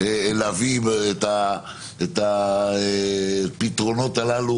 כבר להביא את הפתרונות הללו,